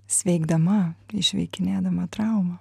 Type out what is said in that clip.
sveikdama išveikinėdama traumą